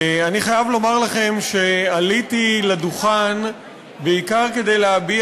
אני חייב לומר לכם שעליתי לדוכן בעיקר כדי להביע